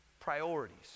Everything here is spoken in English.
Priorities